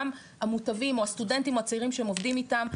גם המוטבים או הסטודנטים או הצעירים שהם עובדים איתם,